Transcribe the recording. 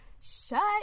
shut